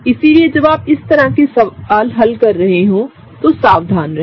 इसलिए जब आप इस तरह के सवाल हल कर रहे हों तो सावधान रहें